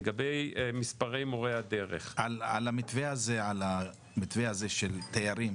לגבי מספרי מורי הדרך --- על המתווה הזה של תיירים,